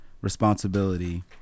responsibility